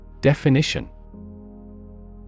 Definition